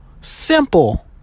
Simple